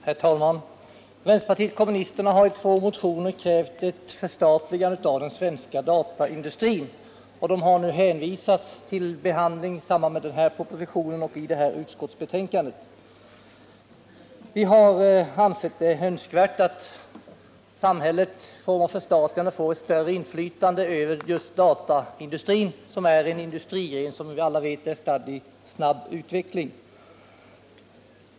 Herr talman! Vänsterpartiet kommunisterna har i två motioner krävt ett förstatligande av den svenska dataindustrin. Motionerna har hänvisat till behandlingen i detta betänkande av propositionen 189. Vi har ansett det önskvärt att samhället i form av ett förstatligande får ett större inflytande över just dataindustrin, som är en industrigren stadd i snabb utveckling.